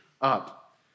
up